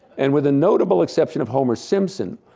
and with a notable exception of homer simpson,